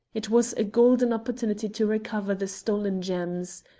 it was a golden opportunity to recover the stolen gems.